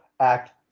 act